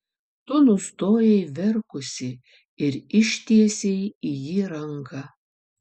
tu nustojai verkusi ir ištiesei į jį ranką